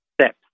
step